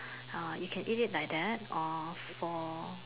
uh you can eat it like that or for